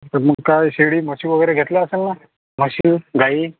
तर मग काय शेळी म्हशी वगैरे घेतल्या असेल ना म्हशी गाई